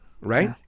right